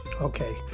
Okay